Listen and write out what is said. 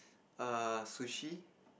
err sushi